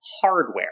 hardware